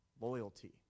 loyalty